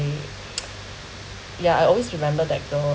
ya I always remember that girl